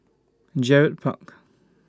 Gerald Park